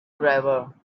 driver